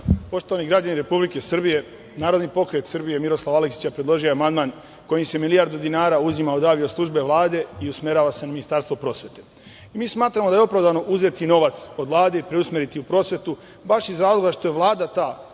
građani Republike Srbije, Narodni pokret Srbije Miroslava Aleksića predložio je amandman kojim se milijardu dinara uzima od avio-službe Vlade i usmerava se na Ministarstvo prosvete. Mi smatramo da je opravdano uzeti novac od Vlade i preusmeriti u prosvetu, a baš iz razloga što je Vlada ta